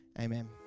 amen